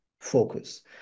focus